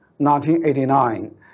1989